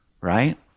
right